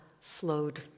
slowed